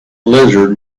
lizard